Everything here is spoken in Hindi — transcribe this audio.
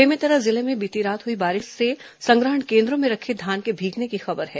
बेमेतरा जिले में बीती रात हुई बारिश से संग्रहण केन्द्रों में रखे धान के भीगने की खबर है